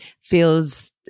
Feels